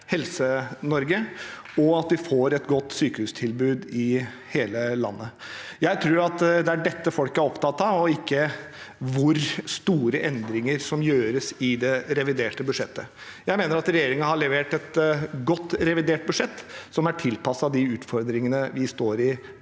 og sørge for at vi får et godt sykehustilbud i hele landet. Jeg tror det er dette folk er opptatt av, ikke hvor store endringer det er som gjøres i det reviderte budsjettet. Jeg mener at regjeringen har levert et godt revidert budsjett som er tilpasset de utfordringene vi står i